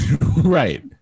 right